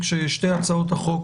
ששתי הצעות החוק